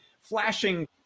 flashing